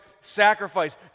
sacrifice